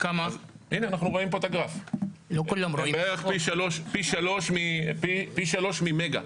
בערך פי 3 ממגה,